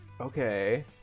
Okay